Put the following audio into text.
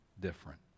different